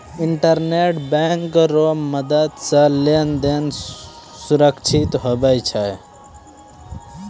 internet bank रो मदद से लेन देन सुरक्षित हुवै छै